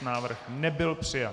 Návrh nebyl přijat.